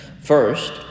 First